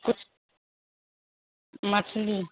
किछु मछली